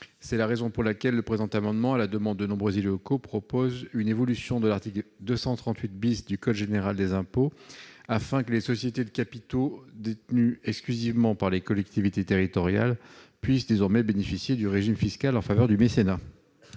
C'est la raison pour laquelle le présent amendement, à la demande de nombreux élus locaux, tend à prévoir une évolution de l'article 238 du code général des impôts, afin que les sociétés de capitaux détenues exclusivement par les collectivités territoriales puissent désormais bénéficier du régime fiscal en faveur du mécénat.